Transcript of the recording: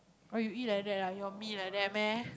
what you eat like that ah your meal like that meh